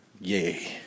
Yay